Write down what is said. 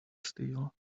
steel